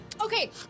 Okay